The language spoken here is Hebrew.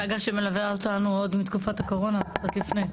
סגה שמלווה אותנו עוד מתקופת הקורונה, קצת לפני.